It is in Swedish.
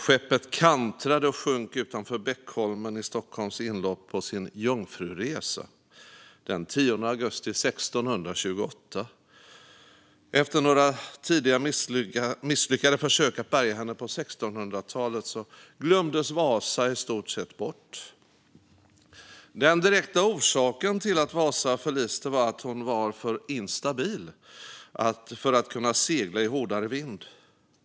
Skeppet kantrade och sjönk utanför Beckholmen i Stockholms inlopp på sin jungfruresa den 10 augusti 1628. Efter några tidiga misslyckade försök att bärga henne på 1600-talet glömdes Vasa i stort sett bort. Den direkta orsaken till att Vasa förliste var att hon var för instabil för att kunna segla i hårdare vind.